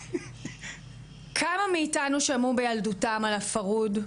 כמה מאיתנו שמעו בילדותם על הפרהוד?